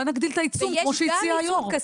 אולי נגדיל את העיצום, כמו שהציע היו"ר.